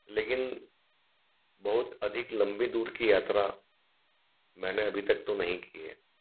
लेकिन बहुत अधिक लम्बे दूर की यात्रा मैने अभी तक तो नहीं की है